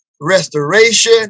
restoration